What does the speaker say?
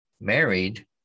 married